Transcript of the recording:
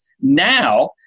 now